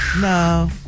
No